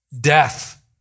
Death